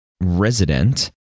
resident